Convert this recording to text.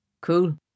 Cool